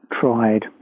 tried